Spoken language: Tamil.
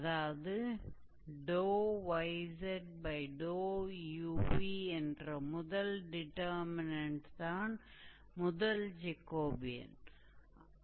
அதாவது yzuv என்ற முதல் டிடெர்மினன்ட்தான் முதல் ஜேகோபியன் ஆகும்